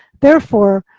therefore,